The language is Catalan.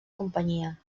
companyia